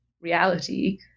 reality